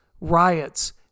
riots